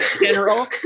general